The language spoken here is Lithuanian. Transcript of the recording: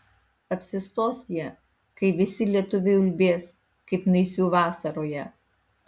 apsistos jie kai visi lietuviai ulbės kaip naisių vasaroje